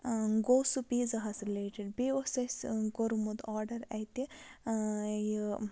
گوٚو سُہ پیٖزاہَس رِلیٹِڈ بیٚیہِ اوس اَسہِ کوٚرمُت آرڈَر اَتہِ یہِ